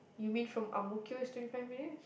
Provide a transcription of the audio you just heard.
you mean from Ang-Mo-Kio is twenty five minutes